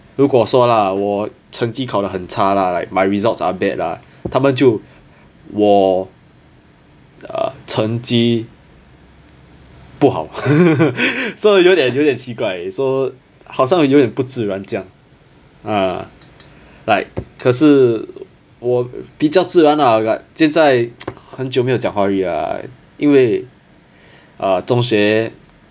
如果说啦我成绩考得很差 lah like my results are bad lah 他们就我成绩不好 so 有点有点奇怪 so 好像有点不自然这样 ah like 可是我比较自然啦现在很久没有讲华语 ah 因为 ah 中学